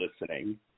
listening